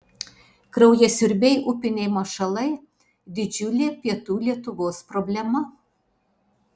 kraujasiurbiai upiniai mašalai didžiulė pietų lietuvos problema